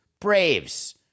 Braves